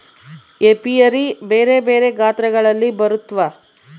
apiary ಬೆರೆ ಬೆರೆ ಗಾತ್ರಗಳಲ್ಲಿ ಬರುತ್ವ